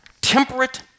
temperate